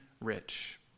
rich